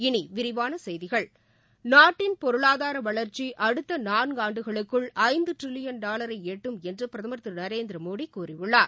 இனி விரிவான செய்திகள் நாட்டின் பொருளாதார வளர்ச்சி அடுத்த நான்காண்டுகளுக்குள் ஐந்து டிரில்லியன் டாலரை எட்டும் என்று பிரதமர் திரு நரேந்திர மோடி கூறியுள்ளார்